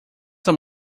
são